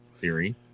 theory